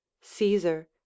Caesar